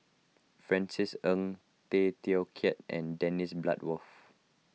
Francis Ng Tay Teow Kiat and Dennis Bloodworth